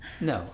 No